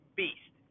beast